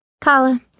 Kala